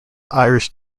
irish